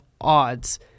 odds